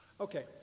Okay